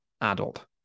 adult